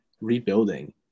rebuilding